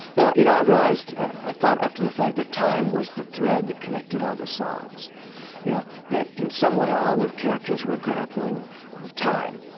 you know i realized i thought, after the fact, that time was the thread that connected all the songs you know that in some way all the characters were grappling with time.